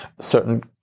certain